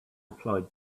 applied